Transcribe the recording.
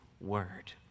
word